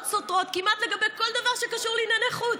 סותרות כמעט לגבי כל דבר שקשור לענייני חוץ.